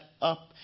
up